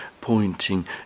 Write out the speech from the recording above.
pointing